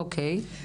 אוקיי.